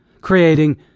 creating